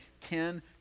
ten